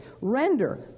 Render